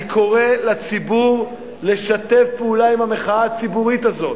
אני קורא לציבור לשתף פעולה עם המחאה הציבורית הזו.